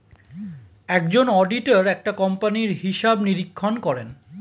একজন অডিটর একটা কোম্পানির হিসাব নিরীক্ষণ করেন